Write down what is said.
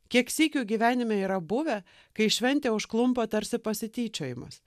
kiek sykių gyvenime yra buvę kai šventė užklumpa tarsi pasityčiojimas